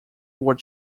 were